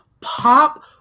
pop